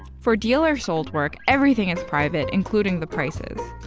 for dealer-sold work, everything is private, including the prices,